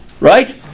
right